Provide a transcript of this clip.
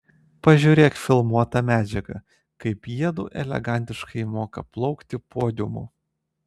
pažiūrėk filmuotą medžiagą kaip jiedu elegantiškai moka plaukti podiumu